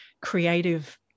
creative